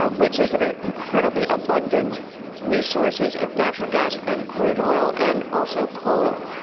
but which is an incredibly abundant resources of natural gas and crude oil and also coal.